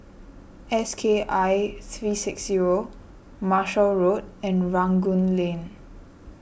S K I three six zero Marshall Road and Rangoon Lane